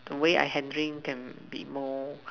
the way I handling then be more